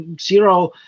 zero